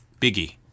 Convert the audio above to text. Biggie